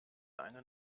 eine